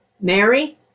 Mary